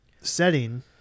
setting